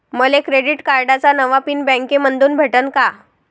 मले क्रेडिट कार्डाचा नवा पिन बँकेमंधून भेटन का?